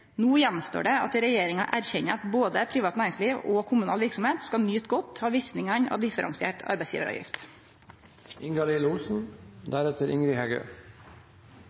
gjenstår det at regjeringa erkjenner at både privat næringsliv og kommunal verksemd skal nyte godt av verknadene av differensiert